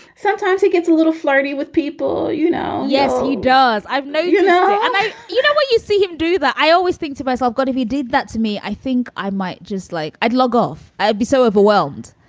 sometimes he gets a little flirty with people, you know? yes, he does i've known you know and idea. you know what? you see him do that i always think to myself, god, if he did that to me, i think i might just like i'd log off. i'd be so overwhelmed.